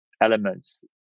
elements